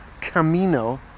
Camino